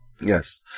Yes